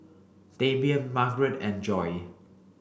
Damien Margarette and Joi